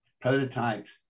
prototypes